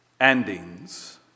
endings